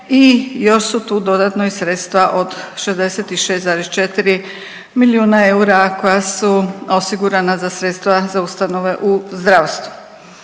i još su tu dodatno i sredstva od 66,4 milijuna eura koja su osigurana za sredstva za ustanove u zdravstvu.